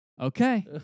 okay